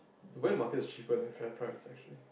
the wet market is cheaper than fair price actually